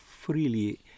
freely